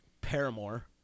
Paramore